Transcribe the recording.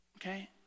Okay